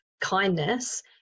kindness